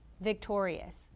victorious